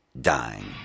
dying